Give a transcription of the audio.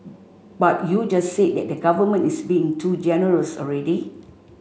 but you just said that the government is being too generous already